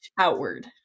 outward